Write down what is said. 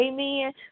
Amen